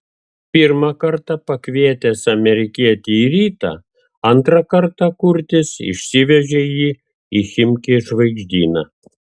pirmą kartą pakvietęs amerikietį į rytą antrą kartą kurtis išsivežė jį į chimki žvaigždyną